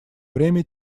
время